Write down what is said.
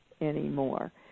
anymore